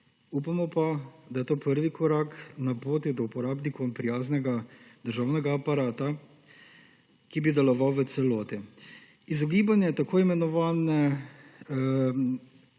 upamo pa, da je to prvi korak na poti do uporabnikom prijaznega državnega aparata, ki bi deloval v celoti. Izogibanje tako imenovani